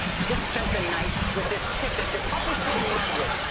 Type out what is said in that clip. you just spent the night with this chick that you're puppy shit in love with,